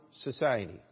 society